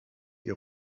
ihr